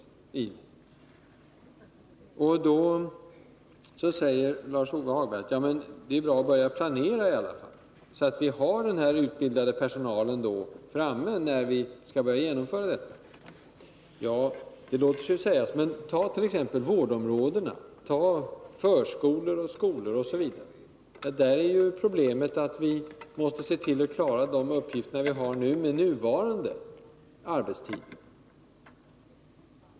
Lars-Ove Hagberg säger att det i alla fall är bra att börja planera, så att vi har utbildad personal när vi skall börja genomföra sextimmarsdagen. Det låter sig sägas. Men ta t.ex. vårdområdena, förskolor, skolor, osv. Där är problemet att vi måste se till att klara de uppgifter vi har med nuvarande arbetstid.